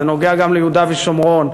זה נוגע גם ליהודה ושומרון,